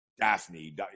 daphne